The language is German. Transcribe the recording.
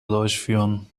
durchführen